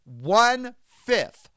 one-fifth